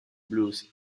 blues